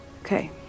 Okay